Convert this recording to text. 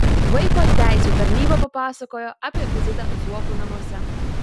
vaiko teisių tarnyba papasakojo apie vizitą zuokų namuose